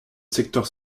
secteur